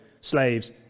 slaves